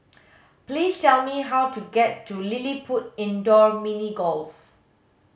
please tell me how to get to LilliPutt Indoor Mini Golf